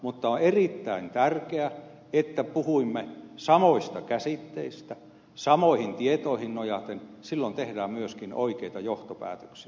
mutta on erittäin tärkeää että puhumme samoista käsitteistä samoihin tietoihin nojaten silloin tehdään myöskin oikeita johtopäätöksiä